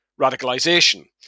radicalisation